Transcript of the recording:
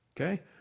Okay